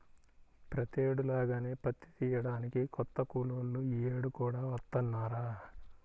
ప్రతేడు లాగానే పత్తి తియ్యడానికి కొత్త కూలోళ్ళు యీ యేడు కూడా వత్తన్నారా